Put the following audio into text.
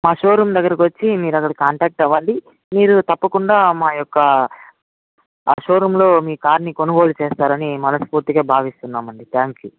మా షోరూమ్ దగ్గరకొచ్చి మీరు అక్కడ కాంటాక్ట్ అవ్వండి మీరు తప్పకుండా మా యొక్క షోరూమ్లో మీ కార్ నీ కొనుగోలు చేస్తారని మనస్ఫూర్తిగా భావిస్తున్నామండీ థ్యాంక్ యూ